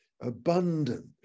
abundant